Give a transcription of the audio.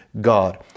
God